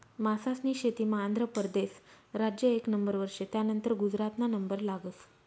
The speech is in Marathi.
मासास्नी शेतीमा आंध्र परदेस राज्य एक नंबरवर शे, त्यानंतर गुजरातना नंबर लागस